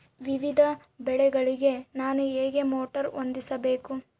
ವಿವಿಧ ಬೆಳೆಗಳಿಗೆ ನಾನು ಹೇಗೆ ಮೋಟಾರ್ ಹೊಂದಿಸಬೇಕು?